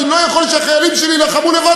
אני לא יכול שהחיילים שלי יילחמו לבד,